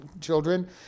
children